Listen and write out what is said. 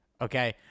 okay